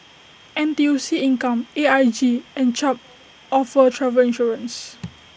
N T U C income A I G and Chubb offer travel insurance